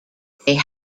they